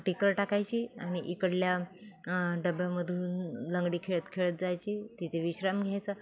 टिकर टाकायची आणि इकडल्या डब्यामधून लंगडी खेळत खेळत जायची तिथे विश्राम घ्यायचा